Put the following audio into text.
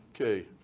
Okay